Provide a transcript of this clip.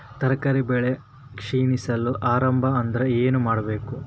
ತರಕಾರಿ ಬೆಳಿ ಕ್ಷೀಣಿಸಲು ಆರಂಭ ಆದ್ರ ಏನ ಮಾಡಬೇಕು?